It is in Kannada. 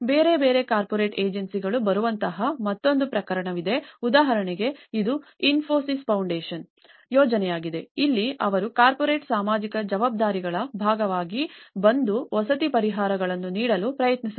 ಬೇರೆ ಬೇರೆ ಕಾರ್ಪೊರೇಟ್ ಏಜೆನ್ಸಿಗಳು ಬರುವಂತಹ ಮತ್ತೊಂದು ಪ್ರಕರಣವಿದೆ ಉದಾಹರಣೆಗೆ ಇದು ಇನ್ಫೋಸಿಸ್ ಫೌಂಡೇಶನ್ನ ಯೋಜನೆಯಾಗಿದೆ ಅಲ್ಲಿ ಅವರ ಕಾರ್ಪೊರೇಟ್ ಸಾಮಾಜಿಕ ಜವಾಬ್ದಾರಿಗಳ ಭಾಗವಾಗಿ ಬಂದು ವಸತಿ ಪರಿಹಾರಗಳನ್ನು ನೀಡಲು ಪ್ರಯತ್ನಿಸುತ್ತಾರೆ